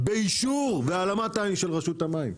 באישור והעלמת עין של רשות המים.